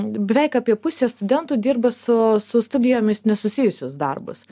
beveik apie pusė studentų dirba su su studijomis nesusijusius darbus